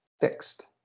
fixed